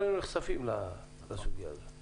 לא היינו נחשפים לסוגיה הזאת.